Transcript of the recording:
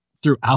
Throughout